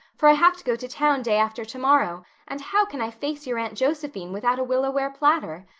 for i have to go to town day after tomorrow and how can i face your aunt josephine without a willow-ware platter?